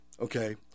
okay